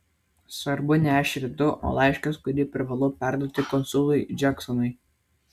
svarbu ne aš ir tu o laiškas kurį privalau perduoti konsului džeksonui